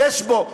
יש פה.